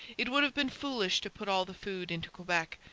it would have been foolish to put all the food into quebec,